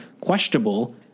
questionable